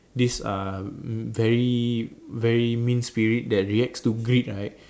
this uh very very mean spirit that reacts to greed right